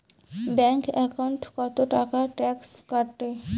Bank একাউন্টত কতো টাকা ট্যাক্স কাটে?